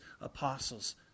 apostles